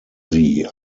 sie